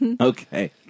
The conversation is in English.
Okay